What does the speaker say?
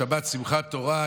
בשבת שמחת תורה,